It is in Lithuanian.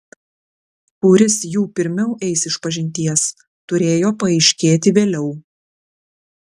kuris jų pirmiau eis išpažinties turėjo paaiškėti vėliau